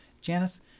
Janice